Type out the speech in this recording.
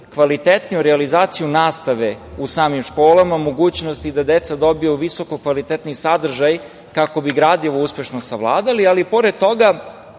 kvalitetniju realizaciju nastave u samim školama, o mogućnosti da deca dobiju visokokvalitetni sadržaj kako bi gradivo uspešno savladali, ali pored toga